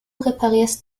reparierst